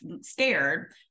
scared